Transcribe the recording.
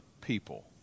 people